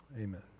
Amen